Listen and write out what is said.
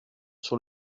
sur